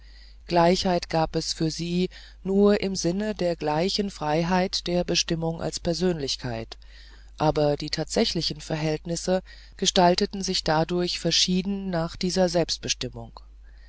gleichheit gab es für sie nur im sinne der gleichen freiheit der bestimmung als persönlichkeit aber die tatsächlichen verhältnisse gestalteten sich durchaus verschieden nach dieser selbstbestimmung